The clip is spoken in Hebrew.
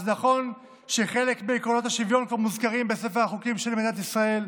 אז נכון שחלק מעקרונות השוויון כבר מוזכרים בספר החוקים של מדינת ישראל,